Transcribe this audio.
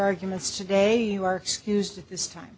arguments today you are excused at this time